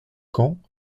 camp